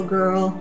girl